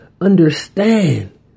understand